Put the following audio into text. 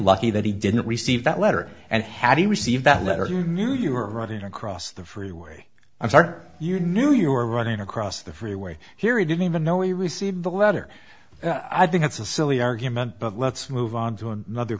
lucky that he didn't receive that letter and had he received that letter you knew you were running across the freeway i'm sorry you knew you were running across the freeway here you didn't even know we received the letter i think it's a silly argument but let's move on to another